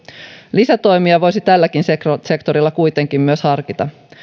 lisätoimia voisi tälläkin sektorilla kuitenkin harkita